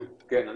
כן,